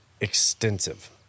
extensive